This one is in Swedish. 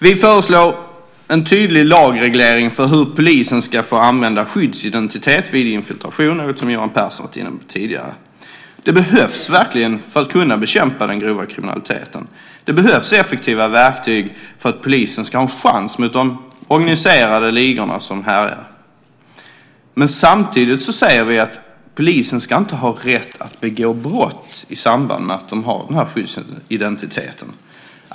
Vi föreslår en tydlig lagreglering för hur polisen ska få använda skyddsidentitet vid infiltration, det vill säga det som Johan Pehrson har varit inne på tidigare. Det behövs verkligen för att kunna bekämpa den grova kriminaliteten. Det behövs effektiva verktyg för att polisen ska ha en chans mot de organiserade ligor som härjar. Samtidigt säger vi att polisen inte ska ha rätt att begå brott i samband med att de har skyddsidentitet.